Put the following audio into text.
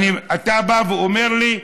אתה בא ואומר לי: